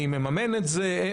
אני מממן את זה?